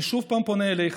אני שוב פונה אליך,